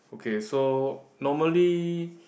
okay so normally